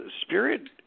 spirit